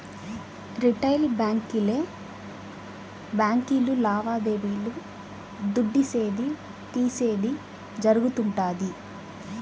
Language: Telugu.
రిటెయిల్ బాంకీలే బాంకీలు లావాదేవీలు దుడ్డిసేది, తీసేది జరగుతుండాది